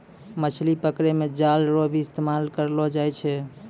मछली पकड़ै मे जाल रो भी इस्तेमाल करलो जाय छै